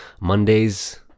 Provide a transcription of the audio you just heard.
Mondays